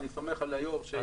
אני סומך על היושב-ראש.